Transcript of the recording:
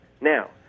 Now